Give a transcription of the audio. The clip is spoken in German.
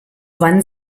wann